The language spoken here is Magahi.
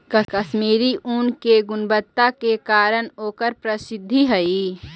कश्मीरी ऊन के गुणवत्ता के कारण ओकर प्रसिद्धि हइ